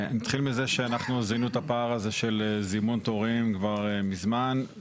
אתחיל מזה שאנחנו זיהינו את הפער הזה של זימון תורים כבר מזמן.